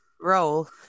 Roll